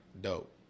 dope